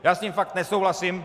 Já s tím fakt nesouhlasím.